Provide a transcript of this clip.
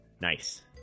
Nice